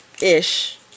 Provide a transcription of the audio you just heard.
ish